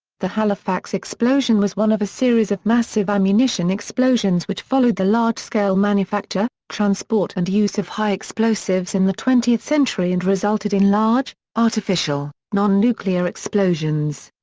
the halifax explosion was one of a series of massive ammunition explosions which followed the large-scale manufacture, transport and use of high explosives explosives in the twentieth century and resulted in large, artificial, non-nuclear explosions.